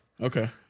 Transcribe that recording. Okay